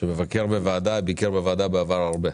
בעבר הוא ביקר בוועדה הרבה.